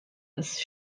ist